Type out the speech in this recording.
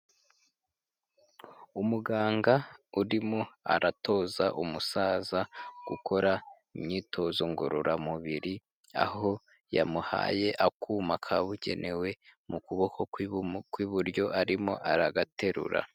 Umuganga urimo aratoza umusaza gukora imyitozo ngororamubiri, aho yamuhaye akuma kabugenewe mu kuboko kw'iburyo arimo aragaterura.